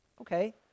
okay